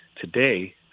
today